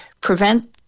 prevent